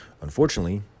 Unfortunately